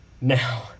Now